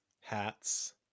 Hats